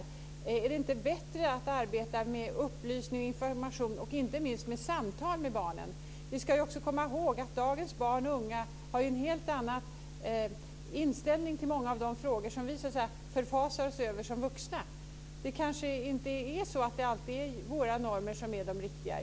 Är det inte bättre att arbeta med upplysning, information och inte minst samtal med barnen? Vi ska komma ihåg att dagens barn och unga har en helt annan inställning till många av de frågor som vi förfasar oss över som vuxna. Det kanske inte alltid är våra normer som är de riktiga.